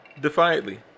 Defiantly